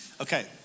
Okay